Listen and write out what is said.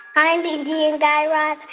hi, mindy and guy raz.